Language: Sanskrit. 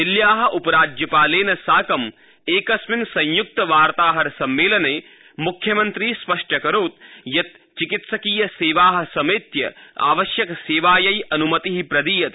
दिल्ल्याः उपराज्यपालेन साकं स एकस्मिन् संयुक्तवार्ताहरसम्मेलने मुख्यमन्त्री स्पष्ट्यकरोत् यत् चिकित्सकीयसेवाः समेत्य आवश्यकसेवायै अनुमतिः प्रदीयते